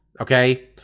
okay